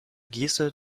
geste